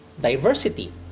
diversity